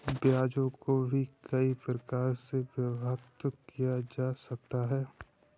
ब्याजों को भी कई प्रकार से विभक्त किया जा सकता है